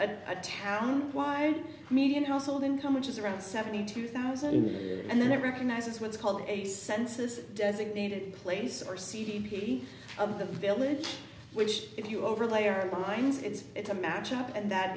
at a town wide median household income which is around seventy two thousand a year and then it recognizes what's called a census designated place or c d p of the village which if you overlay or lines if it's a match up and that